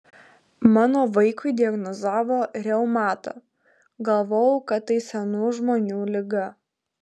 mano vaikui diagnozavo reumatą galvojau kad tai senų žmonių liga